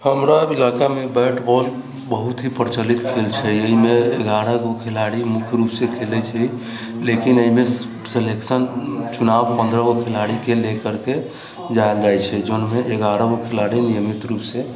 हमरा इलाकामे bat ball बहुत ही प्रचलित खेल छै एहिमे एगारह गो खिलाड़ी मुख्य रूप से खेलैत छै लेकिन एहिमे सेलेक्शन चुनाव पंद्रह गो खिलाड़ीके ले करके जाइत छै जाहिमे एगारह गो खिलाड़ी नियमित रूप से